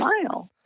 smile